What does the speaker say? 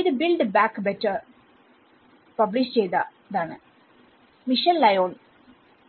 ഇത് build back ബെറ്റർൽ publish ചെയ്തതാണ്മിഷൽ ലയോൺ